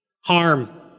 harm